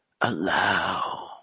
allow